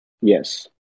Yes